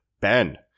Ben